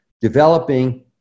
developing